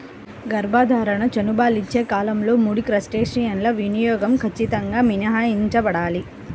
గర్భధారణ, చనుబాలిచ్చే కాలంలో ముడి క్రస్టేసియన్ల వినియోగం ఖచ్చితంగా మినహాయించబడాలి